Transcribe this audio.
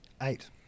eight